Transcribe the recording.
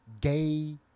gay